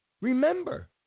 Remember